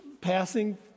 passing